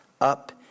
up